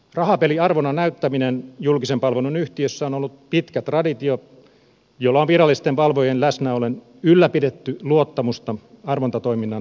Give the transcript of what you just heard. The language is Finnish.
rahapeliarvonnan näyttäminen julkisen palvelun yhtiössä on ollut pitkä traditio jolla on virallisten valvojien läsnä ollen ylläpidetty luottamusta arvontatoiminnan asianmukaisuuteen